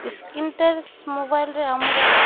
screen touch ମୋବାଇଲ୍ରେ ଆମର